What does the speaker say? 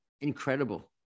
incredible